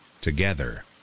Together